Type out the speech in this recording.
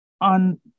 on